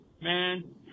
Man